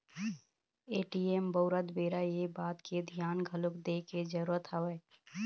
ATM बउरत बेरा ये बात के धियान घलोक दे के जरुरत हवय